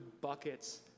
buckets